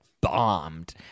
bombed